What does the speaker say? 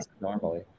normally